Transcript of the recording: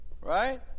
Right